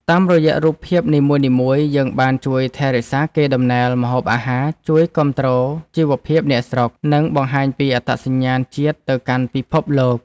តាមរយៈរូបភាពនីមួយៗ យើងបានជួយថែរក្សាកេរដំណែលម្ហូបអាហារ ជួយគាំទ្រជីវភាពអ្នកស្រុក និងបង្ហាញពីអត្តសញ្ញាណជាតិទៅកាន់ពិភពលោក។